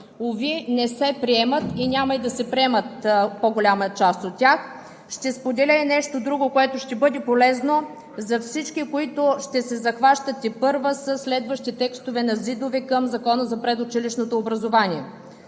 Уви, не се приемат и няма и да се приемат по-голяма част от тях. Ще споделя и нещо друго. То ще бъде полезно за всички, които ще се захващат тепърва със следващи текстове на ЗИД-ове към Закона за предучилищното образование.